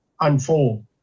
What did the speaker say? unfold